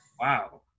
Wow